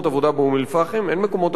אין מקומות עבודה בכפר-קרע,